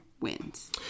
wins